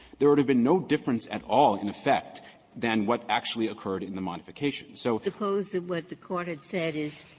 there would have been no difference at all in effect than what actually occurred in the modification. so ginsburg suppose that what the court had said is,